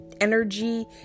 energy